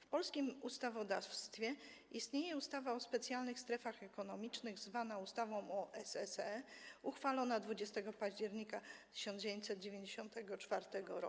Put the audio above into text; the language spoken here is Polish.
W polskim ustawodawstwie istnieje ustawa o specjalnych strefach ekonomicznych, zwana ustawą o SSE, uchwalona 20 października 1994 r.,